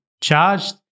charged